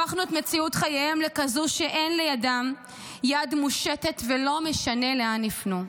הפכנו את מציאות חייהם לכזאת שאין לידם יד מושטת ולא משנה לאן יפנו.